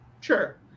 Sure